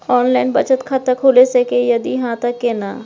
Online बचत खाता खुलै सकै इ, यदि हाँ त केना?